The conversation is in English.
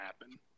happen